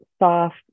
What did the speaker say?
soft